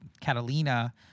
Catalina